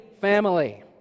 family